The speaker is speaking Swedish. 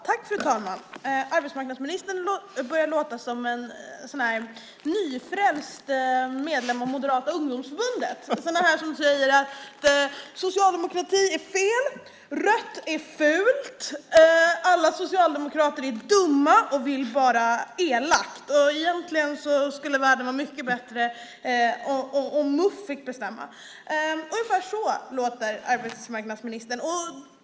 Fru talman! Arbetsmarknadsministern börjar låta som en nyfrälst medlem av Moderata ungdomsförbundet - en sådan som säger att socialdemokrati är fel, att rött är fult, att alla socialdemokrater är dumma och bara vill elakt och att världen egentligen skulle vara mycket bättre om Muf fick bestämma. Ungefär så låter arbetsmarknadsministern.